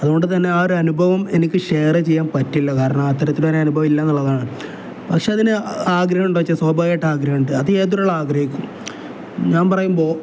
അതുകൊണ്ട് തന്നെ ആ ഒരു അനുഭവം എനിക്ക് ഷെയറ് ചെയ്യാൻ പറ്റില്ല കാരണം അത്തരത്തിൽ ഒരു അനുഭവമില്ല എന്നുള്ളതാണ് പക്ഷേ അതിന് ആഗ്രഹമുണ്ടോ വച്ചാൽ സ്വാഭാവികമായിട്ട് ആഗ്രഹമുണ്ട് അത് ഏതൊരാൾ ആഗ്രഹിക്കും ഞാൻ പറയുമ്പോൾ